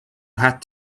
had